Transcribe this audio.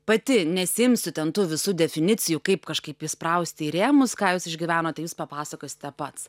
pati nesiimsiu ten tų visų definicijų kaip kažkaip įspraust į rėmus ką jūs išgyvenote jūs papasakosite pats